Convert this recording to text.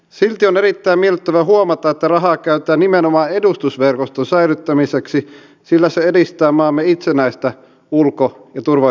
eihän se voi mennä niin että jos kunta yrittää irtisanoa vaikka koulunkäyntiavustajan niin se ei voi palkata työpajalle metallimiestä joka on ollut pitkään työttömänä